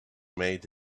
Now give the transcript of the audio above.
made